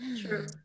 True